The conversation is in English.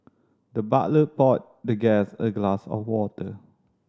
the butler poured the guest a glass of water